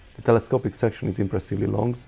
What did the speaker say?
the telescopic section is impressively long,